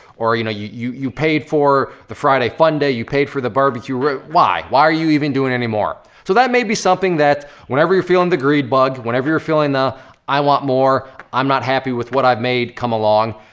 or you know, you you paid for the friday fun day, you paid for the barbecue. why? why are you even doing anymore? so that may be something that whenever you're feeling the greed bug, whenever you're feeling the i want more, i'm not happy with what i've made, come along,